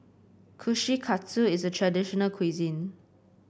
Kushikatsu is a traditional cuisine